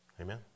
Amen